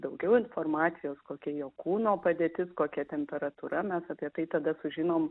daugiau informacijos kokia jo kūno padėtis kokia temperatūra mes apie tai tada sužinom